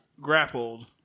Grappled